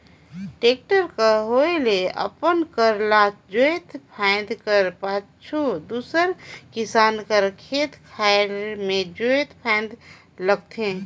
tractor कर होए ले अपन कर ल जोते फादे कर पाछू दूसर किसान कर खेत खाएर मे जोते फादे लगथे